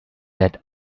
that